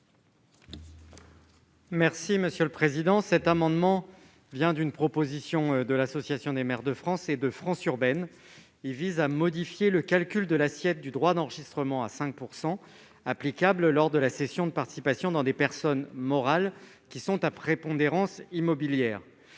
rectifié. Le présent amendement, issu d'une proposition de l'Association des maires de France et de France urbaine, vise à modifier le calcul de l'assiette du droit d'enregistrement au taux de 5 % applicable lors de la cession des participations dans des personnes morales à prépondérance immobilière.